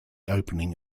opening